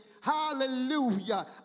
hallelujah